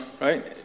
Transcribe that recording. right